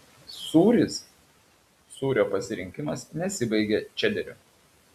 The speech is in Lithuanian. sūris sūrio pasirinkimas nesibaigia čederiu